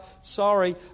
sorry